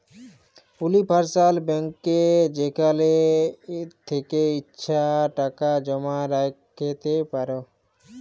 universal ব্যাংকে যেখাল থ্যাকে ইছা টাকা জমা রাইখতে পার